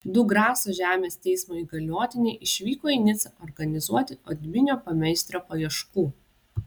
du graso žemės teismo įgaliotiniai išvyko į nicą organizuoti odminio pameistrio paieškų